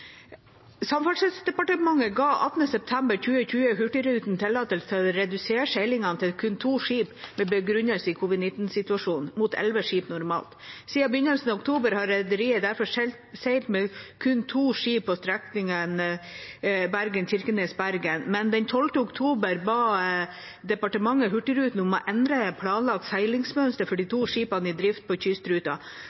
Samferdselsdepartementet ga 18. september 2020 Hurtigruten tillatelse til å redusere seilingene til kun to skip med begrunnelse i covid-19-situasjonen, mot elleve skip normalt. Siden begynnelsen av oktober har rederiet derfor seilt med kun to skip på strekningen Bergen–Kirkenes–Bergen. Den 12. oktober ba departementet Hurtigruten om å endre planlagt seilingsmønster for de